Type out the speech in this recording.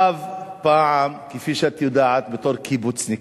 פעם, כפי שאת יודעת בתור קיבוצניקית,